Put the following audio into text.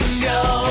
show